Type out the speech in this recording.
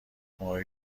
موقعی